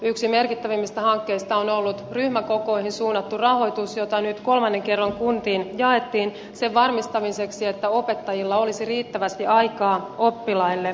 yksi merkittävimmistä hankkeista on ollut ryhmäkokoihin suunnattu rahoitus jota nyt kolmannen kerran kuntiin jaettiin sen varmistamiseksi että opettajilla olisi riittävästi aikaa oppilaille